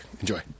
Enjoy